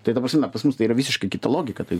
tai ta prasme pas mus tai yra visiškai kita logika tai